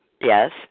Yes